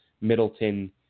Middleton